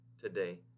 today